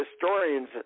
historians